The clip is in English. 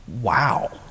Wow